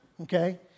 okay